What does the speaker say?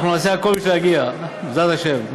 אנחנו נעשה הכול בשביל להגיע, בעזרת השם.